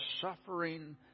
suffering